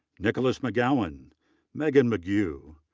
nicholas mcgowenm megan mcgue,